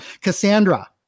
Cassandra